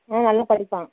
ம் நல்லா படிப்பான்